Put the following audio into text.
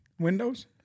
Windows